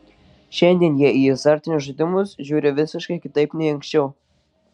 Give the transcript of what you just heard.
šiandien jie į azartinius žaidimus žiūri visiškai kitaip nei anksčiau